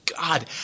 God